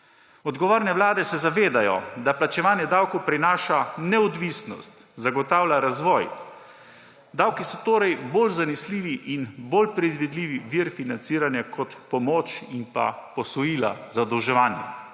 Odgovorne vlade se zavedajo, da plačevanje davkov prinaša neodvisnost, zagotavlja razvoj. Davki so torej bolj zanesljiv in bolj predvidljiv vir financiranja kot pomoč in posojila, zadolževanje.